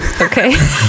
Okay